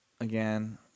again